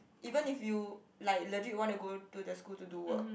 even if you like legit want to go to the school to do work